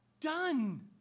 done